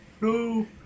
no